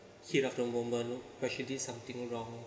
heat of the moment when she did something wrong